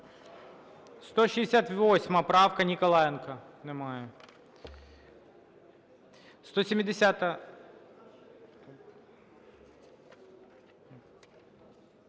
168 правка, Ніколаєнко. Немає. 170-а.